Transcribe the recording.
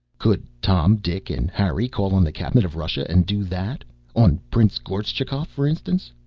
could tom, dick and harry call on the cabinet of russia and do that on prince gortschakoff, for instance?